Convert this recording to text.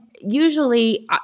usually